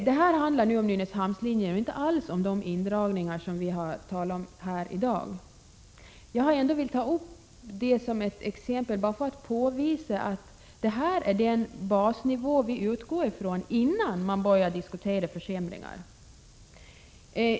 Det här handlar om Nynäshamnslinjen och inte alls om de indragningar vi har diskuterat i dag. Jag har ändå velat peka på detta som ett exempel på den basnivå vi har att utgå ifrån när man börjar diskutera försämringar.